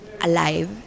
alive